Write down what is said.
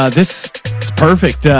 ah this is perfect. ah,